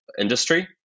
industry